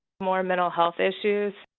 more mental health issues.